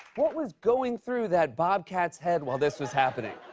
what was going through that bobcat's head while this was happening?